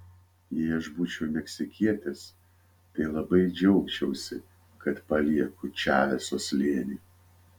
jei aš būčiau meksikietis tai labai džiaugčiausi kad palieku čaveso slėnį